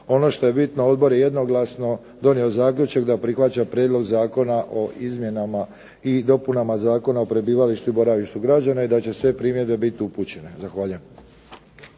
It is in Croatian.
Ono što je bitno odbor je jednoglasno donio zaključak da prihvaća prijedlog Zakona o izmjenama i dopunama Zakona o prebivalištu i boravištu građana i da će sve primjedbe biti upućene. Zahvaljujem.